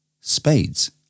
Spades